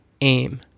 aim